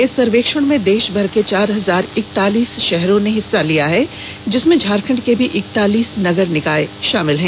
इस सर्वेक्षण में देशभर के चार हजार इकतालीस शहरों ने हिस्सा लिया है जिसमें झारखंड के भी इकतालीस नगर निकाय शामिल है